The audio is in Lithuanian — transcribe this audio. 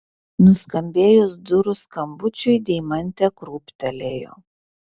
nuskambėjus durų skambučiui deimantė krūptelėjo